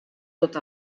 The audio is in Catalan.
tot